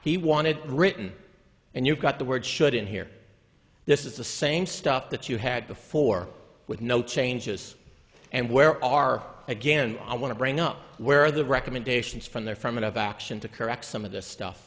he wanted written and you've got the word should in here this is the same stuff that you had before with no changes and where are again i want to bring up where the recommendations from they're from and of action to correct some of the stuff